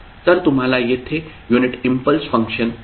तर तुम्हाला येथे युनिट इम्पल्स फंक्शन दिसेल